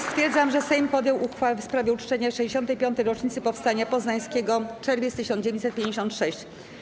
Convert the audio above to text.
Stwierdzam, że Sejm podjął uchwałę w sprawie uczczenia 65. rocznicy Powstania Poznańskiego - Czerwiec 1956.